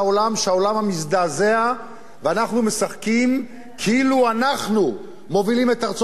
שהעולם מזדעזע ואנחנו משחקים כאילו אנחנו מובילים את ארצות-הברית,